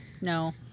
No